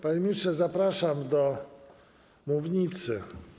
Panie ministrze, zapraszam na mównicę.